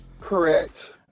Correct